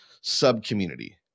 sub-community